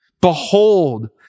Behold